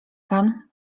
pan